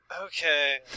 Okay